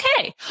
Okay